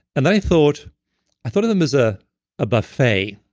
and i thought i thought of them as a ah buffet,